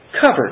covered